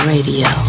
Radio